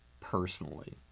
personally